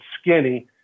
skinny